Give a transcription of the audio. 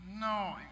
no